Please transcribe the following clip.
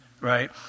right